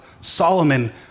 Solomon